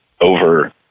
over